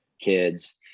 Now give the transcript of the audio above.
kids